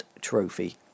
trophy